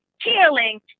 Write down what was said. killing